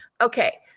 Okay